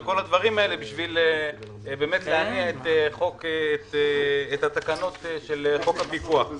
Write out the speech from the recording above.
כדי להניע את התקנות של חוק הפיקוח.